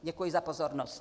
Děkuji za pozornost.